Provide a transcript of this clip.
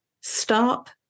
stop